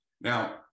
now